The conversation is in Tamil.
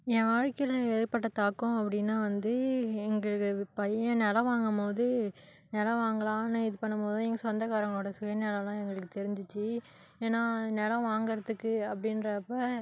என் வாழ்க்கையில ஏற்பட்ட தாக்கம் அப்படின்னா வந்து எங்களது பையன் நிலம் வாங்கும் போது நிலம் வாங்கலான்னு இது பண்ணும் போது எங்கள் சொந்தக்காரங்களோட சுயநலம்லாம் எங்களுக்கு தெரிஞ்சிச்சு ஏன்னா நிலம் வாங்கிறதுக்கு அப்டின்றப்போ